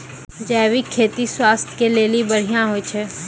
जैविक खेती स्वास्थ्य के लेली बढ़िया होय छै